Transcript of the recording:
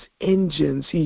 engines